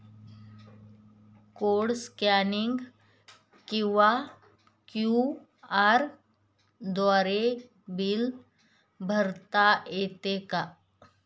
Code scanning किंवा QR द्वारे bill भरता येते का?